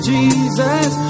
Jesus